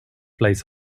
flies